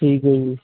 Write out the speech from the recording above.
ਠੀਕ ਹੈ ਜੀ